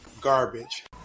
garbage